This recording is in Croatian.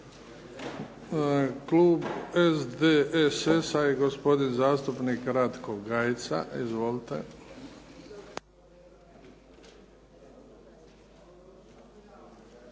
Klub SDSS-a i gospodin zastupnik Ratko Gajica. Izvolite.